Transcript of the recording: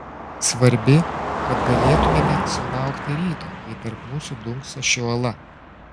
svarbi kad galėtumėme sulaukti ryto kai tarp mūsų dunkso ši uola